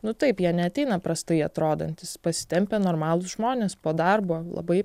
nu taip jie neateina prastai atrodantys pasitempę normalūs žmonės po darbo labai